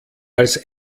als